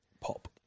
pop